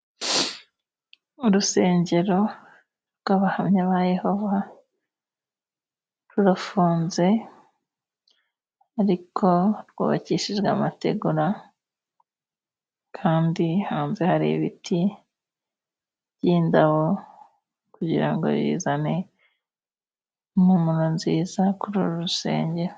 Urusengero rw'abahamya ba yehova rurafunze ariko rwubakishijwe amategura kandi hanze hari ibiti by'indabo kugira ngo bizane impumuro nziza kuri uru rusengero.